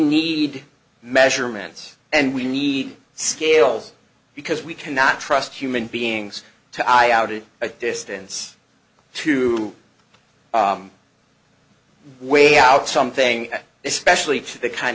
need measurements and we need scales because we cannot trust human beings to eye out it a distance to way out something especially the kind